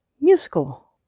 musical